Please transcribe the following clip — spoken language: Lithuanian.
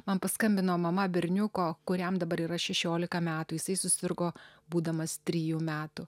man paskambino mama berniuko kuriam dabar yra šešiolika metų jisai susirgo būdamas trijų metų